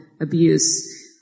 abuse